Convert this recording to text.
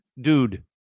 Dude